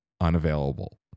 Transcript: unavailable